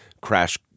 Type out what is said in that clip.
crash